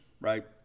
right